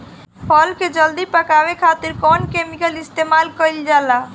फल के जल्दी पकावे खातिर कौन केमिकल इस्तेमाल कईल जाला?